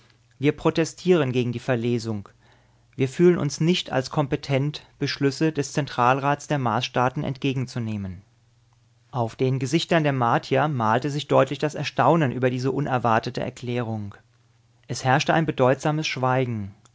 wir protestieren gegen die verlesung wir fühlen uns nicht als kompetent beschlüsse des zentralrats der marsstaaten entgegenzunehmen auf den gesichtern der martier malte sich deutlich das erstaunen über diese unerwartete erklärung es herrschte ein bedeutsames schweigen